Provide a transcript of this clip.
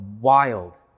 wild